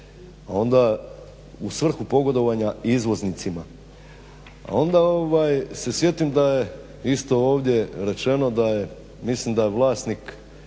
Onda u svrhu pogodovanja izvoznicima. A onda, ovaj se sjetim da je isto ovdje rečeno da je, mislim da je vlasnik,